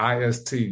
IST